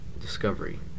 Discovery